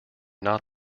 not